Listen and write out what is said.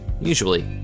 Usually